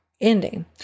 ending